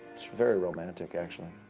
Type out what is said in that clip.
it's very romantic, actually.